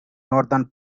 northern